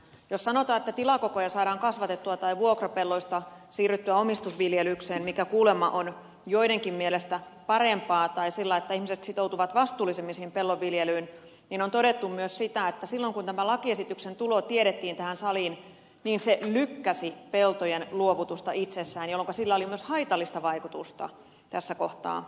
jos sanotaan että tilakokoja saadaan kasvatettua tai vuokrapelloista siirryttyä omistusviljelykseen mikä kuulemma on joidenkin mielestä parempaa tai sillä lailla että ihmiset sitoutuvat vastuullisemmin siihen pellon viljelyyn niin on todettu myös se että silloin kun tämän lakiesityksen tulo tähän saliin tiedettiin niin se lykkäsi peltojen luovutusta itsessään jolloinka sillä oli myös haitallista vaikutusta tässä kohtaa